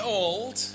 old